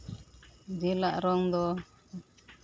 ᱡᱤᱞ ᱟᱜ ᱨᱚᱝ ᱫᱚ